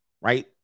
right